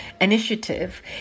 initiative